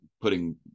putting